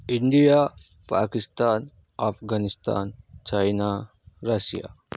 India Pakistan Afghanistan China Russia